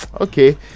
Okay